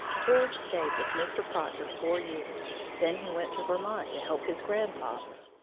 george stayed with mr. proctor four years. then he went to vermont to help his grandfather.